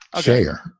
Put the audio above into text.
share